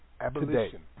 Abolition